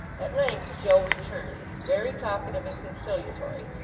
at length joe returned very talkative and conciliatory,